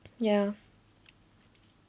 ya